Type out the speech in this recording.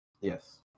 Yes